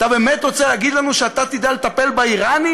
אתה באמת רוצה להגיד לנו שאתה תדע לטפל באיראנים?